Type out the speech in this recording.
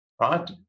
right